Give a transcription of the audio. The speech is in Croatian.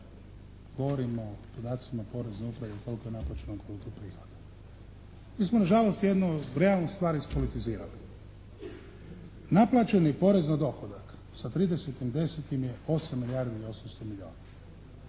Govorim o podacima Porezne uprave koliko je …/Govornik se ne razumije./… prihoda. Mi smo na žalost jednu realnu stvar ispolitizirali. Naplaćeni porez na dohodak sa 30.10. je 8 milijardi i 800 milijuna.